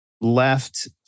left